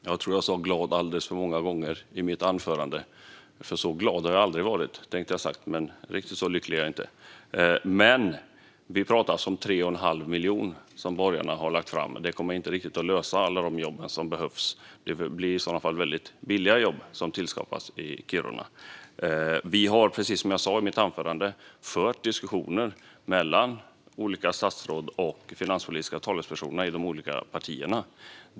Fru talman! Jag tror att jag sa "glad" alldeles för många gånger i mitt anförande. Så glad har jag nog aldrig varit. Nej, riktigt så lycklig är jag inte. Det pratas om 3 1⁄2 miljon som borgarna har lagt fram. Dessa medel kommer inte att skapa alla de jobb som behövs. Det blir i så fall väldigt billiga jobb som tillskapas i Kiruna. Vi har, precis som jag sa i mitt anförande, fört diskussioner mellan olika statsråd och finanspolitiska talespersoner i de olika partierna.